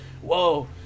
whoa